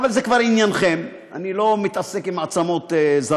אבל זה כבר עניינכם, אני לא מתעסק עם עצמות זרות.